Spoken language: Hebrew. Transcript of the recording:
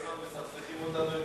מסכסכים אותנו עם